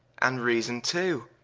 and reason too,